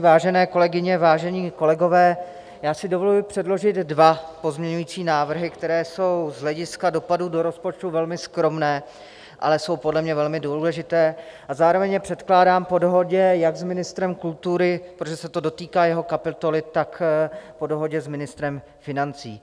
Vážené kolegyně, vážení kolegové, já si dovoluji předložit dva pozměňující návrhy, které jsou z hlediska dopadu do rozpočtu velmi skromné, ale jsou podle mě velmi důležité, a zároveň je předkládám po dohodě jak s ministrem kultury, protože se dotýká jeho kapitoly, tak po dohodě s ministrem financí.